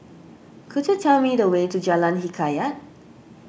could you tell me the way to Jalan Hikayat